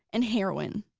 and heroin.